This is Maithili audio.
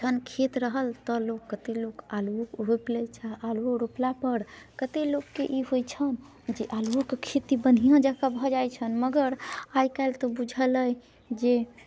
जहन खेत रहल तऽ लोक कते लोक आलूओ रोपि लै छै आलूओ रोपलापर कते लोककेँ ई होइ छनि जे आलूओके खेती बढ़िआँ जँकऽ भऽ जाइ छनि मगर आइ काल्हि तऽ बुझल अइ जे